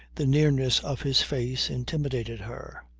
the nearness of his face intimidated her.